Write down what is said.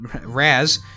Raz